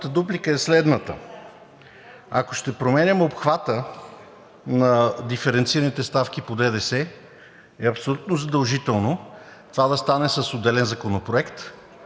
дуплика е следната: ако ще променяме обхвата на диференцираните ставки по ДДС, е абсолютно задължително това да стане с отделен законопроект,